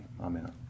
Amen